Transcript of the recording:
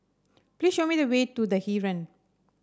please show me the way to The Heeren